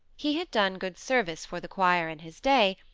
he had done good service for the choir in his day,